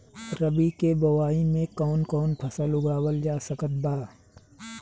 रबी के बोआई मे कौन कौन फसल उगावल जा सकत बा?